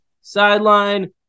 sideline